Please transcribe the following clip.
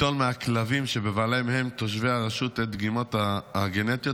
ליטול מהכלבים שבעליהם הם תושבי הרשות את הדגימות הגנטיות.